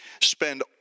spend